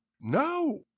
No